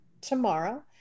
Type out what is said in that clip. tomorrow